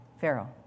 Pharaoh